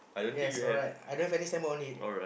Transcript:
yes alright I don't have any signboard on it